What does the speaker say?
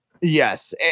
Yes